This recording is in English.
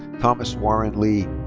thomas warren lee.